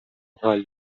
حال